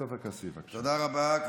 מה, מה,